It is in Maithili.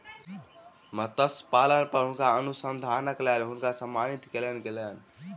मत्स्य पालन पर अनुसंधानक लेल हुनका सम्मानित कयल गेलैन